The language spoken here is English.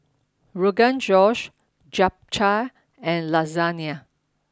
Rogan Josh Japchae and Lasagne